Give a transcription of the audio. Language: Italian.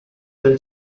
del